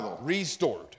Restored